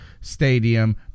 stadium